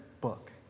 book